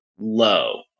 low